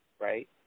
right